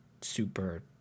super